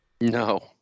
No